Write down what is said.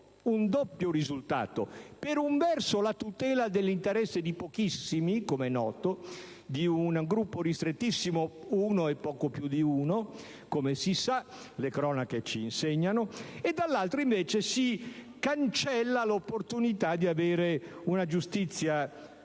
un doppio risultato: per un verso, la tutela degli interessi di pochissimi, com'è noto, di un gruppo ristrettissimo, uno e poco più di uno, come si sa e come le cronache c'insegnano; dall'altro, si cancella l'opportunità di avere una giustizia